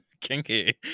kinky